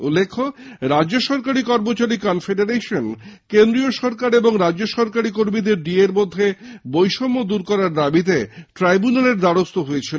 উল্লেখ্য রাজ্যসরকারী কর্মচারী কনফেডারেশন কেন্দ্রীয় সরকার ও রাজ্য সরকারী কর্মীদের ডিএ র মধ্যে বৈষম্য দর করার দাবিতে ট্রাইব্যুনালের দ্বারস্থ হয়েছিল